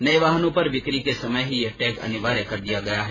नए वाहनों पर बिक्री के समय ही यह टैग अनिवार्य कर दिया गया है